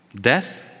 Death